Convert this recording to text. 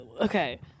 Okay